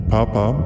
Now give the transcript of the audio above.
Papa